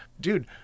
dude